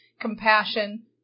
compassion